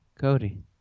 Cody